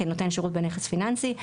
כנותן שירות בנכס פיננסי,